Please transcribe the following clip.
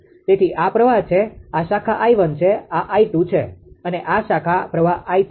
તેથી આ પ્રવાહ છે આ શાખા 𝐼1 છે આ 𝐼2 છે અને આ શાખા પ્રવાહ 𝐼3 છે